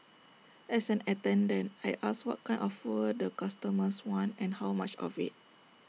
as an attendant I ask what kind of fuel the customers want and how much of IT